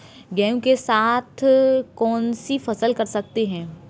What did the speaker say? गेहूँ के साथ कौनसी फसल कर सकते हैं?